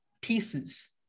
pieces